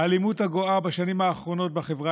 האלימות הגואה בשנים האחרונות בחברה